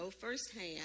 firsthand